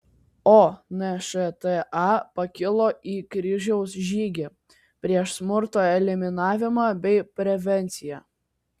o nšta pakilo į kryžiaus žygį prieš smurto eliminavimą bei prevenciją